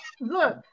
look